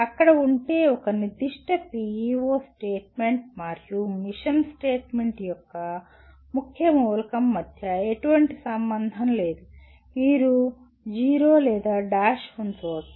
అక్కడ ఉంటే ఒక నిర్దిష్ట PEO స్టేట్మెంట్ మరియు మిషన్ స్టేట్మెంట్ యొక్క ముఖ్య మూలకం మధ్య ఎటువంటి సంబంధం లేదు మీరు 0 లేదా డాష్ ఉంచవచ్చు